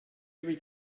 every